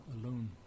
alone